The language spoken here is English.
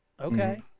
Okay